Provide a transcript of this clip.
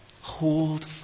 Hold